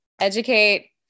educate